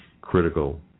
critical